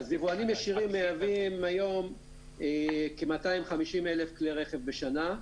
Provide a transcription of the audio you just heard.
יבואנים ישירים מייבאים היום כ-250,000 כלי רכב בשנה.